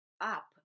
up